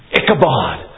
Ichabod